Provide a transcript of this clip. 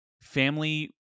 family